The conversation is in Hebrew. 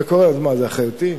אז מה, זה אחריותי?